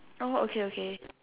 oh okay okay